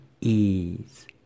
ease